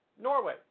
Norway